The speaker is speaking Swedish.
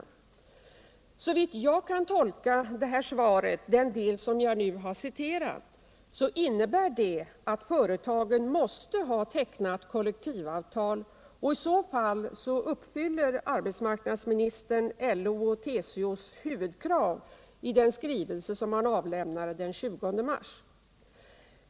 Såvitt jag kan tolka den del av svaret som jag nu citerat måste företagen ha tecknat kollektivavtal, och i så fall uppfyller arbetsmarknadsministern LO:s och TCO:s huvudkrav i den skrivelse som de båda organisationerna avlämnade den 20 mars.